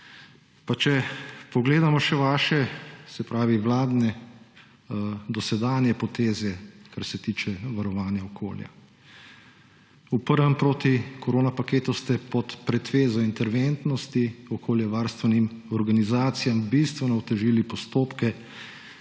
če pogledamo še vaše, se pravi vladne, dosedanje poteze, kar se tiče varovanja okolja. V prvem protikoronskem paketu ste pod pretvezo inherentnosti okoljevarstvenim organizacijam bistveno otežili postopke